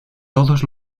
todos